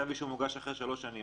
שכתב אישום הוגש אחרי שלוש שנים,